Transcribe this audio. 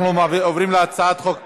אנחנו עוברים להצעת חוק התקשורת,